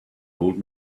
old